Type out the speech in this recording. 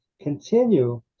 continue